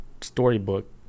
storybook